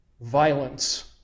Violence